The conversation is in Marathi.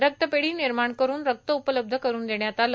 रक्तपेढी निर्माण करून रक्त उपलब्ध करून देण्यात आलं